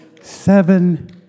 Seven